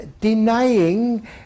Denying